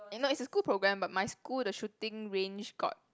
no it's a school program but my school the shooting range got